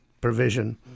provision